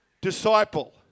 disciple